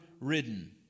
ridden